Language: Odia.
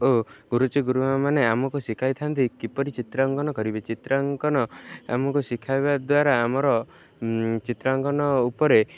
ଓ ଗୁରୁଜୀ ଗୁରୁମା'ମାନେ ଆମକୁ ଶିଖାଇଥାନ୍ତି କିପରି ଚିତ୍ରାଙ୍କନ କରିବି ଚିତ୍ରାଙ୍କନ ଆମକୁ ଶିଖାଇବା ଦ୍ୱାରା ଆମର ଚିତ୍ରାଙ୍କନ ଉପରେ